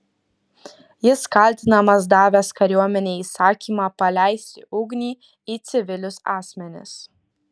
jis kaltinamas davęs kariuomenei įsakymą paleisti ugnį į civilius asmenis